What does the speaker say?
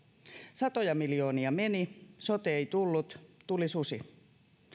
satoja miljoonia meni sote ei tullut tuli susi